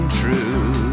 true